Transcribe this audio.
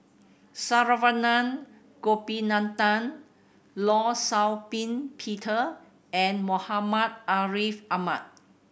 Saravanan Gopinathan Law Shau Ping Peter and Muhammad Ariff Ahmad